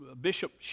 Bishop